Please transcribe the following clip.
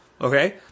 Okay